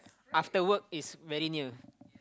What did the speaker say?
after work is very near